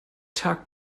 tak